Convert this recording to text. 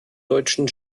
deutschen